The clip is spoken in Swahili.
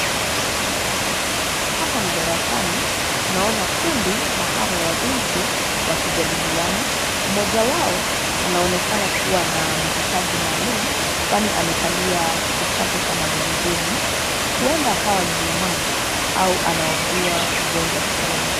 Hapa ni darasani, tunaona kundi la hawa mabinti wakijadiliana. Mmoja wao anaonekana kuwa na mahitaji maalum kwani amekalia kiti chake cha magurudumu, huenda akawa ni mlemavu au anaungua ugonjwa fulani.